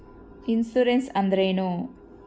Insurance ಅಂದ್ರೇನು?